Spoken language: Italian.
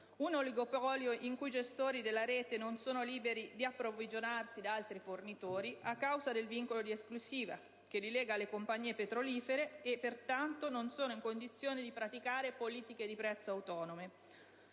un oligopolio in cui i gestori della rete non sono liberi di approvvigionarsi da altri fornitori a causa del vincolo di esclusiva che li lega alle compagnie petrolifere e, pertanto, non sono in condizione di praticare politiche di prezzo autonome,